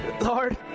Lord